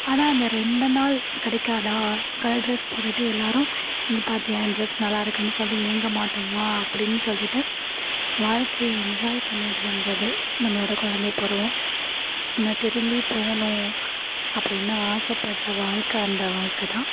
ஆனால் அந்த ரெண்டு நாள் கிடைக்காதா கலர் டிரஸ் போட்டுட்டு எல்லாரும் இங்கே பார்த்தியா என் டிரஸ் நல்லா இருக்குதுன்னு சொல்லி ஏங்க மாட்டோம்மா அப்படின்னு சொல்லிட்டு வாழ்க்கையை என்ஜாய் பண்ணிட்டு இருந்தது நம்மளோட குழந்தை பருவம் நான் திரும்பி போகணும் அப்படின்னு ஆசை படுகிற வாழ்க்கை அந்த வாழ்க்கை தான்